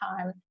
time